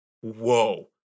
whoa